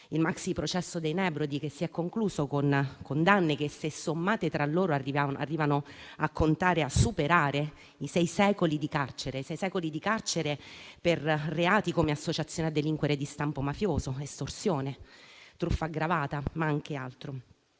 il maxiprocesso dei Nebrodi, che si è concluso con condanne che, se sommate tra loro, arrivano a superare i sei secoli di carcere per reati come associazione a delinquere di stampo mafioso, estorsione, truffa aggravata, ma anche altro.